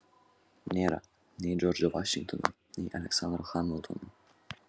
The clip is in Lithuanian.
nėra nei džordžo vašingtono nei aleksandro hamiltono